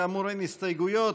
כאמור, אין הסתייגויות.